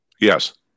Yes